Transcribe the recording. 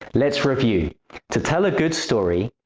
let's review to tell a good story,